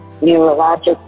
neurologic